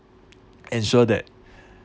ensure that